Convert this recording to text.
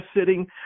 sitting